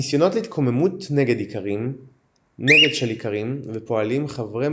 ניסיונות להתקוממות נגד של איכרים ופועלים חברי